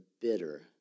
bitter